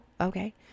Okay